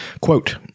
quote